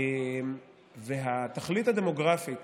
והתכלית הדמוגרפית